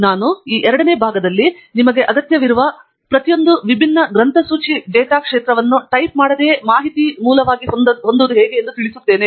ನಾನು ಈ ಎರಡನೇ ಭಾಗದಲ್ಲಿ ನಿಮಗೆ ಅಗತ್ಯವಿರುವ ಪ್ರತಿಯೊಂದು ವಿಭಿನ್ನ ಗ್ರಂಥಸೂಚಿ ಡೇಟಾ ಕ್ಷೇತ್ರವನ್ನು ಟೈಪ್ ಮಾಡದೆಯೇ ಮಾಹಿತಿ ಮೂಲವಾಗಿ ಹೊಂದಲು ತಿಳಿಸುತ್ತೇನೆ